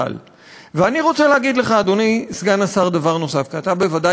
אבל אפשר לממן את זה בהעלאה של חצי אחוז במס הבריאות.